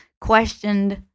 questioned